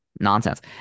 nonsense